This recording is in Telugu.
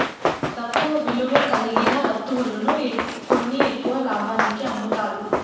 తక్కువ విలువ కలిగిన వత్తువులు కొని ఎక్కువ లాభానికి అమ్ముతారు